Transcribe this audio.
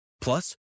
Plus